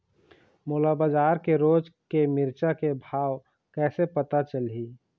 मोला बजार के रोज के मिरचा के भाव कइसे पता चलही?